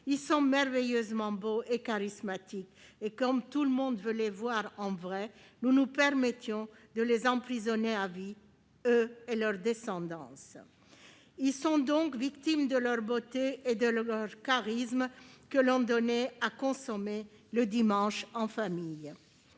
Ils sont merveilleusement beaux et charismatiques, et comme tout le monde veut les voir en vrai, nous nous permettions de les emprisonner à vie, eux et leur descendance. Ils sont donc victimes de leur beauté et de leur charisme, que l'on donnait à " consommer " le dimanche, en famille.